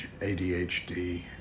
ADHD